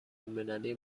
الملی